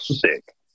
sick